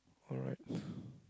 alright